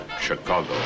Chicago